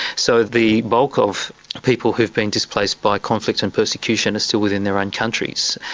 so the bulk of people who have been displaced by conflict and persecution are still within their own countries.